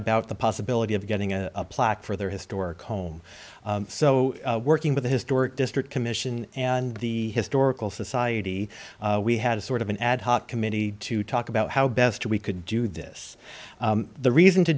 about the possibility of getting a plaque for their historic home so working with a historic district commission and the historical society we had a sort of an ad hoc committee to talk about how best we could do this the reason to